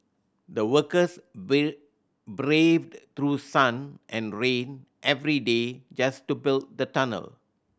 the workers braved through sun and rain every day just to build the tunnel